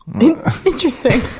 Interesting